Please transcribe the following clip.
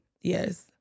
Yes